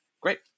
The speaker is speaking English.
Great